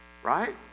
Right